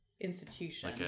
institution